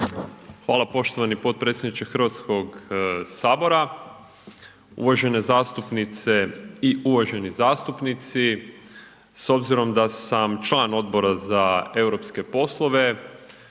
Hvala poštovani potpredsjedniče Hrvatskog sabora. Uvažene zastupnice i uvaženi zastupnici. S obzirom da sam član Odbora za europske poslove